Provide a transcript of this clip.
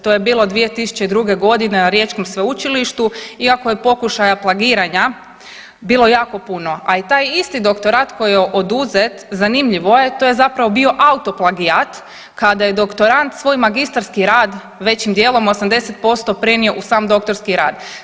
To je bilo 2002.g. na Riječkom sveučilištu iako je pokušaja plagiranja bilo jako puno, a i taj isti doktorat koji je oduzet, zanimljivo je, to je zapravo bio autoplagijat kada je doktorant svoj magistarski rad većim dijelom 80% prenio u sam doktorski rad.